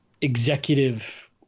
executive